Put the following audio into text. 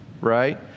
right